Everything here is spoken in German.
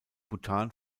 bhutan